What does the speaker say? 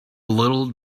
little